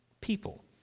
people